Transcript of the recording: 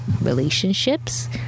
Relationships